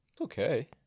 okay